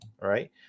right